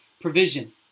provision